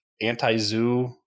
anti-zoo